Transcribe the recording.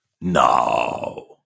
No